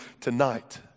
tonight